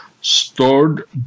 stored